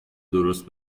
درست